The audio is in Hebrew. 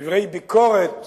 דברי ביקורת